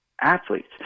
athletes